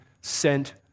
sent